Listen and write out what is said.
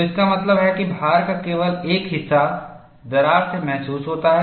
तो इसका मतलब है कि भार का केवल एक हिस्सा दरार से महसूस होता है